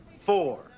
four